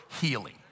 healing